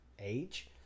age